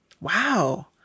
Wow